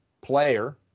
player